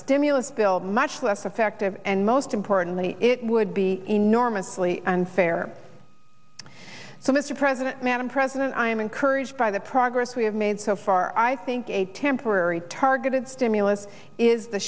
stimulus bill much less effective and most importantly it would be enormously unfair so mr president madam president i am encouraged by the progress we have made so far i think a temporary targeted stimulus is the